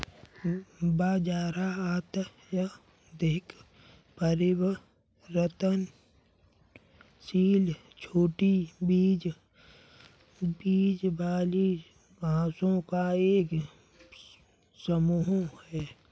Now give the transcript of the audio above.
बाजरा अत्यधिक परिवर्तनशील छोटी बीज वाली घासों का एक समूह है